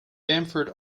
bamford